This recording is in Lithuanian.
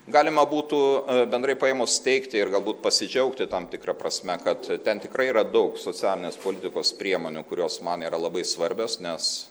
galima būtų bendrai paėmus teikti ir galbūt pasidžiaugti tam tikra prasme kad ten tikrai yra daug socialinės politikos priemonių kurios man yra labai svarbios nes